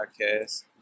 podcast